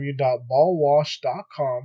www.ballwash.com